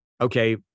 okay